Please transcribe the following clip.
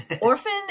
Orphan